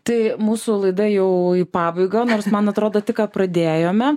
tai mūsų laida jau į pabaigą nors man atrodo tik ką pradėjome